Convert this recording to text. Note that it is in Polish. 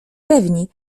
pewni